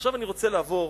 עכשיו אני רוצה לעבור